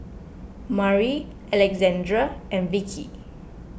Murry Alexandra and Vickie